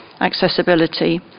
accessibility